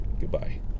goodbye